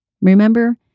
Remember